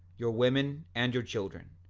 your women and your children,